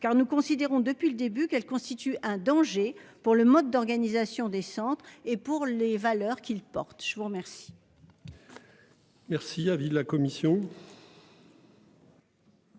car nous considérons depuis le début qu'elle constitue un danger pour le mode d'organisation des centres et pour les valeurs qu'ils portent. Je vous remercie.